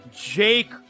Jake